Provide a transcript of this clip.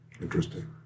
interesting